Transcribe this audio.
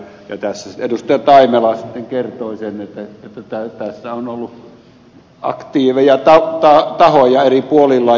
taimela sitten kertoi sen että tässä on ollut aktiiveja tahoja eri puolilla